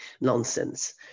nonsense